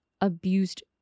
abused